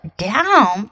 down